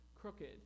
crooked